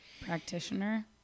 practitioner